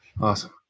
Awesome